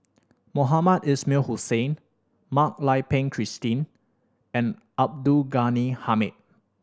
Mohamed Ismail Hussain Mak Lai Peng Christine and Abdul Ghani Hamid